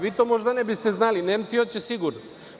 Vi to možda ne biste znali, Nemci hoće sigurno.